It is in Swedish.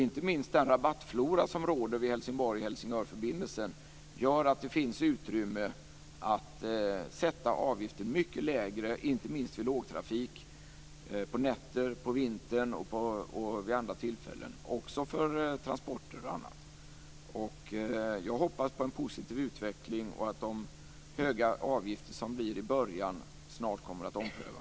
Inte minst den rabattflora som råder för Helsingborg Helsingør-förbindelsen gör att det finns utrymme för att sätta avgiften mycket lägre, inte minst vid lågtrafik, på nätter, på vintern och vid andra tillfällen, också för transporter och annat. Jag hoppas på en positiv utveckling och att de höga avgifter som sätts i början snart kommer att omprövas.